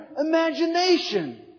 imagination